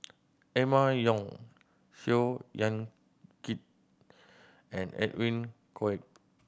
Emma Yong Seow Yit Kin and Edwin Koek